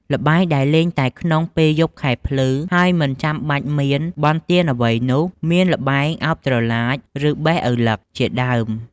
ល្បែងដែលលេងតែក្នុងពេលយប់ខែភ្លឺ ហើយមិនចាំបាច់មាន បុណ្យទានអ្វីនោះ មាន ល្បែងឱបត្រឡាច ឬ បេះឪឡឹក ជាដើម ។